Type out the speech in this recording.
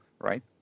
right